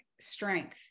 strength